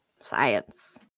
Science